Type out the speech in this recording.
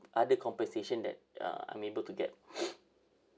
other compensation that uh I'm able to get